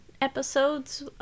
episodes